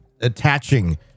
attaching